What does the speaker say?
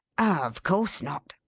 of course not,